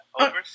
Overseas